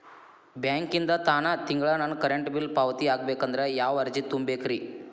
ಬ್ಯಾಂಕಿಂದ ತಾನ ತಿಂಗಳಾ ನನ್ನ ಕರೆಂಟ್ ಬಿಲ್ ಪಾವತಿ ಆಗ್ಬೇಕಂದ್ರ ಯಾವ ಅರ್ಜಿ ತುಂಬೇಕ್ರಿ?